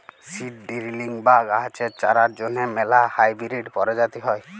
seed drilling বা গাহাচের চারার জ্যনহে ম্যালা হাইবিরিড পরজাতি হ্যয়